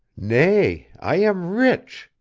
nay, i am rich,